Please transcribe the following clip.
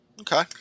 Okay